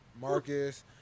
Marcus